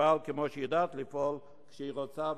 ותפעל כמו שהיא יודעת לפעול כשהיא רוצה,